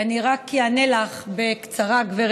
אני רק אענה לך בקצרה, גב'